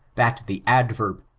that the adverb,